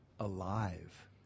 alive